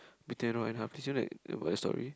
between a rock and hard place you know that about the story